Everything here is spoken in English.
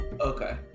Okay